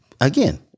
again